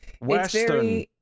western